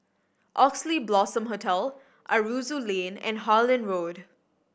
Oxley Blossom Hotel Aroozoo Lane and Harlyn Road